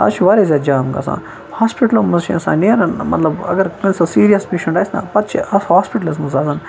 آز چھُ واریاہ زیادٕ جام گَژھان ہوسپِٹلٕو منٛز چھُ اِنسان نیران اگر کٲنٛسہِ سیٖرِیَس پیشینٛٹ آسِنہ پتہٕ چھِ اَتھ ہوسپِٹلَس منٛز آسان